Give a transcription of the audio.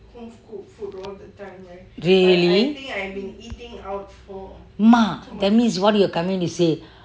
really mah that means what you're coming to say